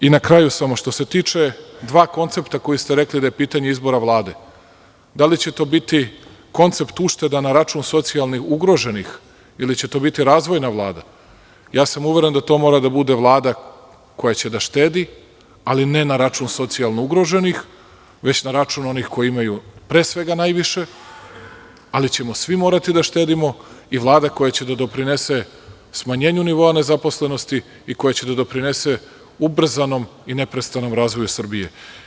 Na kraju, što se tiče dva koncepta, za koja ste rekli da je pitanje izbora Vlade, da li će to biti koncept ušteda na račun socijalno ugroženih ili će to biti razvojna Vlada, uveren sam da to mora da bude Vlada koja će da štedi, ali ne na račun socijalno ugroženih, već na račun onih koji imaju pre svega najviše, ali ćemo svi morati da štedimo i Vlada koja će da doprinese smanjenju nivoa nezaposlenosti i koja će da doprinese ubrzanom i neprestanom razvoju Srbije.